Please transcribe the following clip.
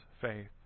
faith